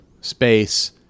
space